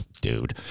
Dude